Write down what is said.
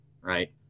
right